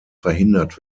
verhindert